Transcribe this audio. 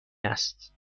است